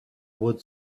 would